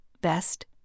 Best